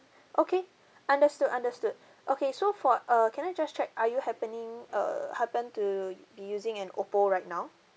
okay understood understood okay so for uh can I just check are you happening err happen to be using an oppo right now